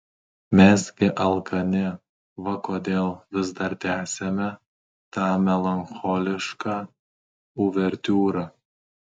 mes gi alkani va kodėl vis dar tęsiame tą melancholišką uvertiūrą